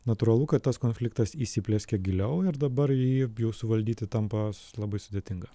natūralu kad tas konfliktas įsiplieskė giliau ir dabar jį jau suvaldyti tampa labai sudėtinga